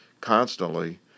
constantly